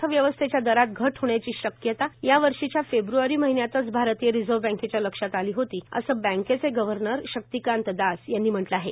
अर्थव्यवस्थेच्या दरात घट होण्याची शक्यताया वर्षीच्या फेब्रवारी महिन्यातच भारतीय रिजर्व्ह बँकेच्या लक्षात आली होती असं बँकेचे गव्हर्नर शक्तिकांत दास यांनी म्हटलं आहे